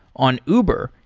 on uber,